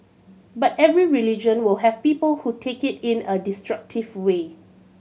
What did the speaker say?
but every religion will have people who take it in a destructive way